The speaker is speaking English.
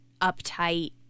uptight